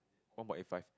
one point eight five